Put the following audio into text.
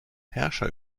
herrscher